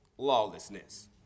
lawlessness